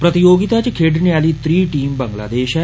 प्रतियोगिता च खेडुने आली त्री टीम बंगलादेष ऐ